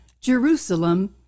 Jerusalem